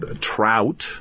trout